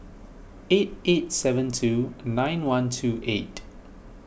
eight eight seven two nine one two eight